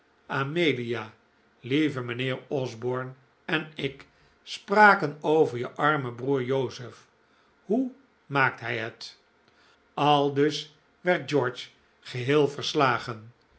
amelia lieve mijnheer osborne en ik spraken over je armen broer joseph hoe maakt hij het aldus werd george geheel verslagen